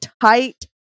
tight